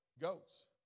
goats